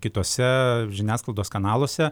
kituose žiniasklaidos kanaluose